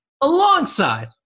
alongside